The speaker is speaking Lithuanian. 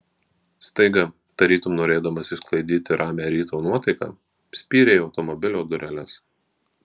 staiga tarytum norėdamas išsklaidyti ramią ryto nuotaiką spyrė į automobilio dureles